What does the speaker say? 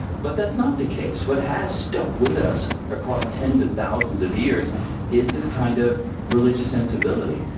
but that's not the case. what has stuck with us across tens of thousands of years is this kind of religious sensibility,